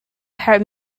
herh